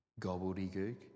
gobbledygook